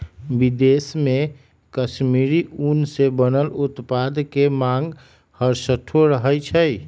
विदेश में कश्मीरी ऊन से बनल उत्पाद के मांग हरसठ्ठो रहइ छै